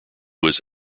was